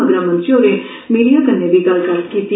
मगरा मंत्री होरें मीडिया कन्नै बी गल्लबात कीती